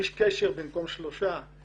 איש קשר במקום ארבעה.